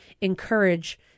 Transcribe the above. encourage